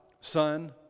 Son